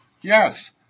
yes